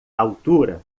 altura